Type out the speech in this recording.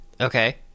okay